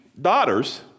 daughters